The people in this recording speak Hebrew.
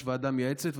יש ועדה מייעצת,